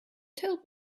told